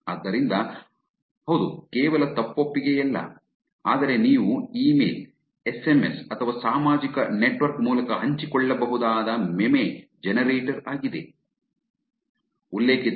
ಆದ್ದರಿಂದ ಹೌದು ಕೇವಲ ತಪ್ಪೊಪ್ಪಿಗೆಯಲ್ಲ ಆದರೆ ನೀವು ಇಮೇಲ್ ಎಸ್ಎಂಎಸ್ ಅಥವಾ ಸಾಮಾಜಿಕ ನೆಟ್ವರ್ಕ್ ಮೂಲಕ ಹಂಚಿಕೊಳ್ಳಬಹುದಾದ ಮೆಮೆ ಜನರೇಟರ್ ಆಗಿದೆ